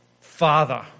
Father